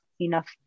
enough